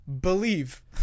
Believe